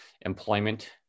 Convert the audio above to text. employment